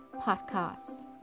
podcast